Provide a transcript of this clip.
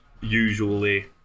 usually